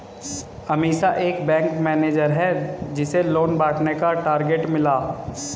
अमीषा एक bank manager है जिसे लोन बांटने का टारगेट मिला